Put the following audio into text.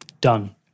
done